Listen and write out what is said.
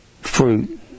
fruit